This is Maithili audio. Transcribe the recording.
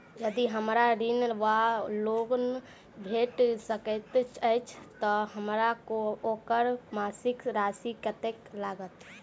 यदि हमरा ऋण वा लोन भेट सकैत अछि तऽ हमरा ओकर मासिक राशि कत्तेक लागत?